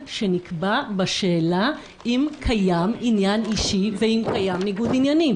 נכתב בכתב האישום במפורש שהם במסגרת הקשר החברי ביניהם.